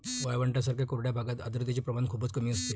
वाळवंटांसारख्या कोरड्या भागात आर्द्रतेचे प्रमाण खूपच कमी असते